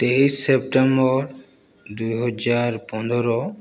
ତେଇଶି ସେପ୍ଟେମ୍ବର ଦୁଇ ହଜାର ପନ୍ଦର